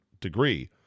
degree